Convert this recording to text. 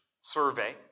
survey